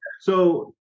So-